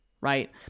right